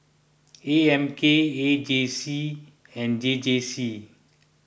A M K A J C and J J C